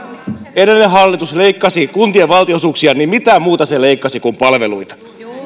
edellinen hallitus leikkasi kuntien valtionosuuksia niin mitä muuta se leikkasi kuin palveluita